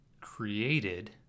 created